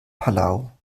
palau